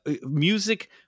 music